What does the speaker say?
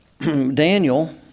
Daniel